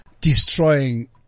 destroying